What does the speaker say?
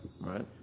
right